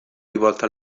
rivolto